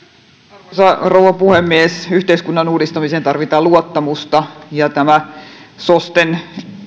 arvoisa rouva puhemies yhteiskunnan uudistamiseen tarvitaan luottamusta ja tämä sosten